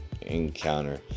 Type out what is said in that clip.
encounter